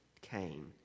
Cain